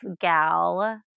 gal